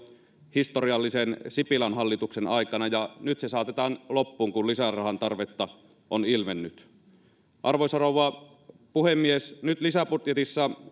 historiallisen sipilän hallituksen aikana ja nyt se saatetaan loppuun kun lisärahan tarvetta on ilmennyt arvoisa rouva puhemies nyt lisäbudjetissa